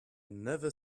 never